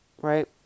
Right